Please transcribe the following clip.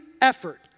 effort